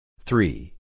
Three